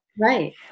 right